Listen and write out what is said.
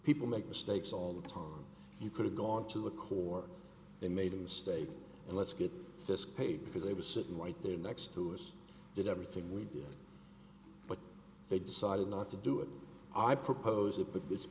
people make mistakes all the time you could have gone to the court they made a mistake let's get fiske paid because they were sitting right there next to us did everything we did they decided not to do it i propose it but it's